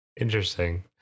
interesting